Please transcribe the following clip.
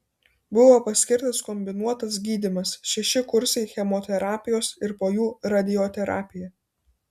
buvo paskirtas kombinuotas gydymas šeši kursai chemoterapijos ir po jų radioterapija